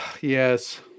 Yes